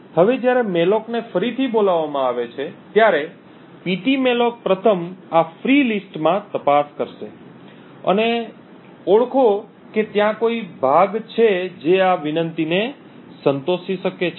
હવે જ્યારે મૅલોક ને ફરીથી બોલાવવામાં આવે છે ત્યારે પીટીમેલોક પ્રથમ આ ફ્રી લિસ્ટમાં તપાસ કરશે અને ઓળખો કે ત્યાં કોઈ ભાગ છે જે આ વિનંતીને સંતોષી શકે છે